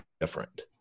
different